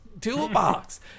toolbox